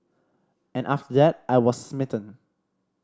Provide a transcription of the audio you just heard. and after that I was smitten